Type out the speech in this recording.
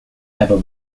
ever